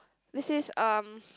this is um